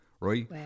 right